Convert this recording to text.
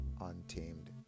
untamed